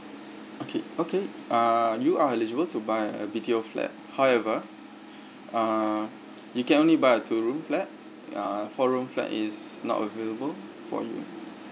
okay okay uh you are eligible to buy a B_T_O flat however uh you can only buy a two room flat uh four room flat is not available for you